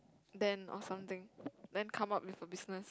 then or something then come up with a business